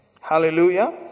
hallelujah